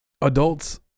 adults